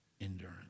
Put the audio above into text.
endurance